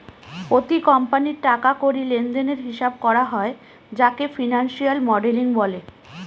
প্রতি কোম্পানির টাকা কড়ি লেনদেনের হিসাব করা হয় যাকে ফিনান্সিয়াল মডেলিং বলে